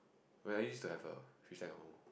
where I used to have a fish tank at home